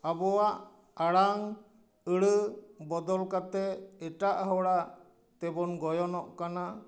ᱟᱵᱚᱣᱟᱜ ᱟᱲᱟᱝ ᱟᱹᱲᱟᱹ ᱵᱚᱫᱚᱞ ᱠᱟᱛᱮ ᱮᱴᱟᱜ ᱦᱚᱲᱟᱜ ᱛᱮᱵᱚᱱ ᱜᱚᱭᱚᱱᱚᱜ ᱠᱟᱱᱟ